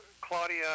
Claudia